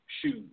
Shoes